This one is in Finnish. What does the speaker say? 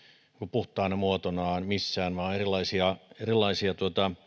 puhtaana muotona missään vaan on erilaisia